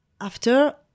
after-